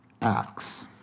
Acts